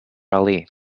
ali